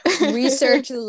research